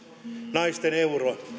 naisten euro